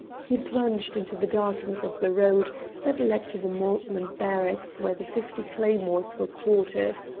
he plunged into the darkness of the road that led to the maltland barracks where the fifty claymores were quartered.